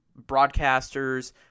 broadcasters